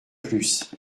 plus